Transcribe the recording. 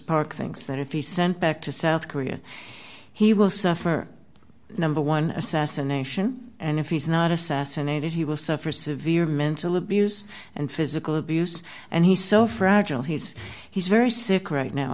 park thinks that if he sent back to south korea he will suffer number one assassination and if he's not assassinated he will suffer severe mental abuse and physical abuse and he so fragile he is he's very sick right now